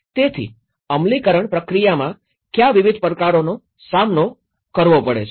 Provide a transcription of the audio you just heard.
તેથી અમલીકરણ પ્રક્રિયામાં ક્યાં વિવિધ પડકારોનો સામનો કરવો પડે છે